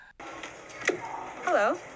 hello